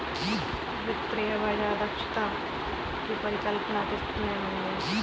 वित्तीय बाजार दक्षता की परिकल्पना किसने बनाई?